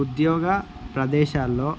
ఉద్యోగ ప్రదేశాల్లో